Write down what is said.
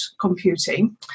computing